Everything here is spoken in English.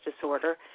disorder